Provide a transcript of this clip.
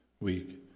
week